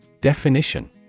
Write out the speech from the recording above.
Definition